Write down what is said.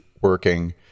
working